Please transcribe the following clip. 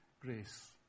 grace